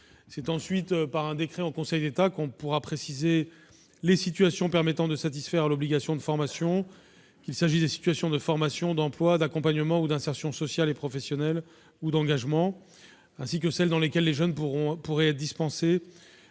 C'est ensuite par un décret en Conseil d'État que l'on pourra préciser les situations permettant de satisfaire à l'obligation de formation, qu'il s'agisse des situations de formation, d'emploi, d'accompagnement ou d'insertion sociale et professionnelle ou d'engagement, ainsi que celles dans lesquelles les jeunes pourraient être dispensés